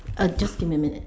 uh just give me a minute